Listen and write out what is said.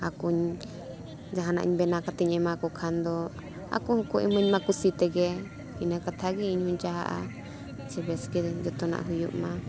ᱟᱠᱚᱧ ᱡᱟᱦᱟᱱᱟᱜ ᱤᱧ ᱵᱮᱱᱟᱣ ᱠᱟᱛᱮᱧ ᱮᱢᱟ ᱠᱚ ᱠᱷᱟᱱ ᱫᱚ ᱟᱠᱚ ᱦᱚᱸᱠᱚ ᱮᱢᱟᱹᱧ ᱢᱟ ᱠᱩᱥᱤ ᱛᱮᱜᱮ ᱤᱱᱟᱹ ᱠᱟᱛᱷᱟ ᱜᱮ ᱤᱧ ᱦᱚᱧ ᱪᱟᱦᱟᱜᱼᱟ ᱥᱮ ᱵᱮᱥᱜᱮ ᱡᱷᱚᱛᱚᱱᱟᱜ ᱦᱩᱭᱩᱜ ᱢᱟ